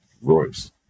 Royce